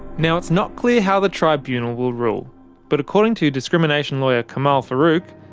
now it's not clear how the tribunal will rule but according to discrimination lawyer kamal farouque,